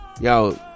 yo